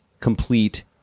complete